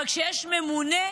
אבל כשיש ממונה,